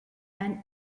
and